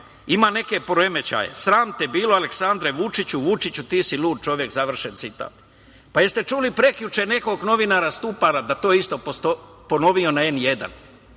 Ima neke poremećaje. Sram te bilo, Aleksandre Vučiću! Vučiću, ti si lud čovek“, završen citat. Pa jeste li čuli prekjuče nekog novinara Stupara da je to isto ponovio na N1?